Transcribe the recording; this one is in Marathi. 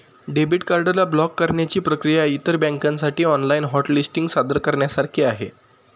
डेबिट कार्ड ला ब्लॉक करण्याची प्रक्रिया इतर बँकांसाठी ऑनलाइन हॉट लिस्टिंग सादर करण्यासारखी आहे